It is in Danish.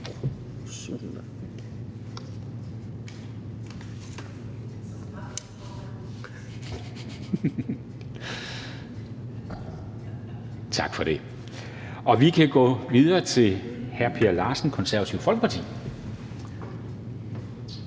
bemærkninger. Vi kan gå videre til hr. Per Larsen, Det Konservative Folkeparti. Kl.